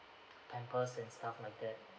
pampers and stuff like that